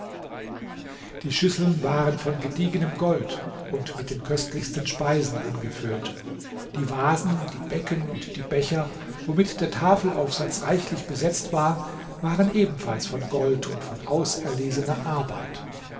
die schüsseln waren von gediegenem gold und mit den köstlichsten speisen angefüllt die vasen die becken und die becher womit der tafelaufsatz reichlich besetzt war waren ebenfalls von gold und von auserlesener arbeit